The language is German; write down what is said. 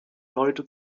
leute